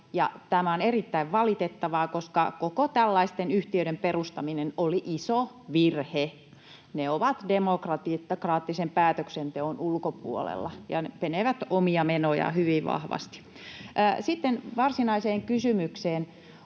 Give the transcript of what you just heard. tämä on erittäin valitettavaa, koska koko tällaisten yhtiöiden perustaminen oli iso virhe. Ne ovat demokraattisen päätöksenteon ulkopuolella ja menevät omia menojaan hyvin vahvasti. Sitten varsinaiseen kysymykseen: